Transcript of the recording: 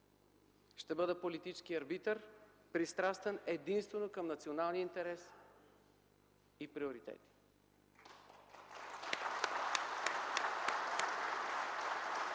Ще бъда политически арбитър, пристрастен единствено към националния интерес и приоритети.